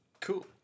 Cool